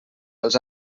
els